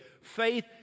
faith